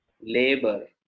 labor